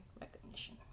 recognition